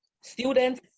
students